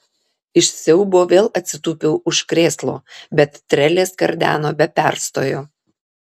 iš siaubo vėl atsitūpiau už krėslo bet trelė skardeno be perstojo